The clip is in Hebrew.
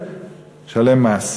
ישלם מס.